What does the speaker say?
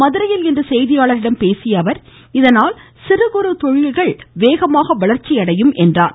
மதுரையில் இன்று செய்தியாளர்களிடம் பேசிய அவர் இதனால் சிறுகுறு தொழில்கள் வேகமாக வளர்ச்சியடையும் என்றார்